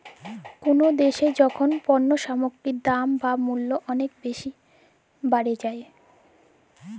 call দ্যাশে যখল পল্য সামগ্গির দাম বা মূল্য অলেক বেসি বাড়ে যায়